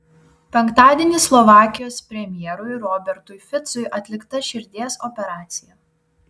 penktadienį slovakijos premjerui robertui ficui atlikta širdies operacija